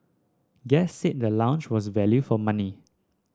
guests said the lounge was value for money